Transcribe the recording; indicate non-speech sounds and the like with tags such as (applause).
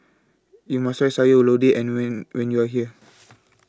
YOU must Try Sayur Lodeh and when when YOU Are here (noise)